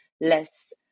less